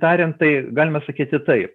tariant tai galime sakyti tai